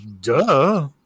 Duh